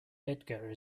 edgar